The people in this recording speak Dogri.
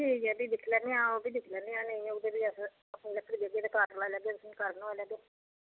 ठीक ऐ फ्ही दिक्खी लैन्ने आं ओह् बी दिक्खी लैनेआं नेई होग ते फिर अस लकड़ी देगे ते घार बलाई लैगे ते बनाई लैगे